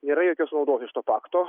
nėra jokios naudos iš to pakto